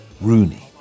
Rooney